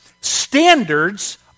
standards